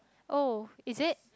oh is it